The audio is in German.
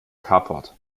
carport